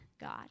God